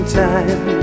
time